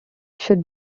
should